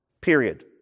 period